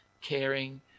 caring